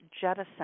jettison